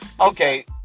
Okay